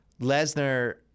Lesnar